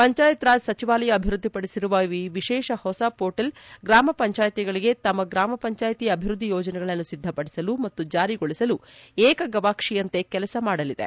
ಪಂಚಾಯತ್ರಾಜ್ ಸಚಿವಾಲಯ ಅಭಿವೃದ್ಧಿಪಡಿಸಿರುವ ಈ ವಿಶೇಷ ಹೊಸ ಪೋರ್ಟಲ್ ಗ್ರಾಮ ಪಂಚಾಯಿತಿಗಳಿಗೆ ತಮ್ಮ ಗ್ರಾಮ ಪಂಚಾಯಿತಿ ಅಭಿವೃದ್ಧಿ ಯೋಜನೆಗಳನ್ನು ಸಿದ್ಧಪಡಿಸಲು ಮತ್ತು ಜಾರಿಗೊಳಿಸಲು ಏಕ ಗವಾಕ್ಷಿಯಂತೆ ಕೆಲಸ ಮಾಡಲಿದೆ